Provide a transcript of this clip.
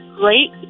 great